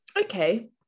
Okay